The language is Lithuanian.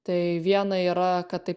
tai viena yra kad tai